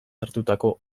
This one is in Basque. hartutako